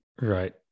Right